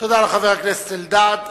תודה לחבר הכנסת אלדד.